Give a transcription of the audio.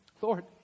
Lord